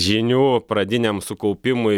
žinių pradiniam sukaupimui